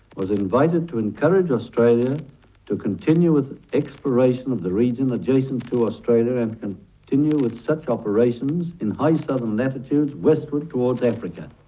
was invited to encourage australia to continue with exploration of the region adjacent to australia and and to continue with such operations in high southern latitudes westwards towards africa.